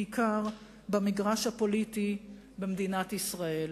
בעיקר במגרש הפוליטי במדינת ישראל.